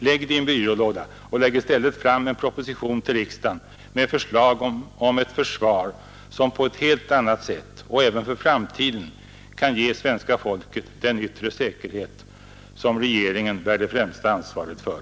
Stoppa det i en byrålåda och lägg i stället fram en proposition för riksdagen med förslag om ett försvar som på ett helt annat sätt och även för framtiden kan ge svenska folket den yttre säkerhet som regeringen bär det främsta ansvaret för.